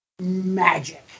magic